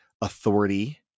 authority